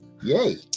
Yay